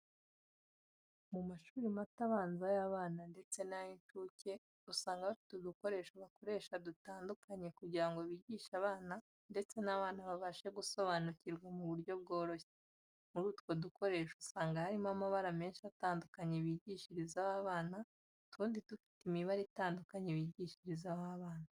Mu mashuri mato abanza y'abana ndetse n'ay'incuke, usanga bafite udukoresho bakoresha dutandukanye kugira ngo bigishe abana, ndetse n'abana babashe gusobanukirwa mu buryo bworoshye. Muri utwo dukoresho usanga harimo amabara menshi atandukanye bigishirizaho abana, utundi dufite imibare itandukanye bigishirizaho abana.